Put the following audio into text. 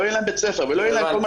לא יהיה להם בית ספר ולא יהיה להם כל מה